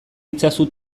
itzazu